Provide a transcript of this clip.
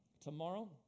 tomorrow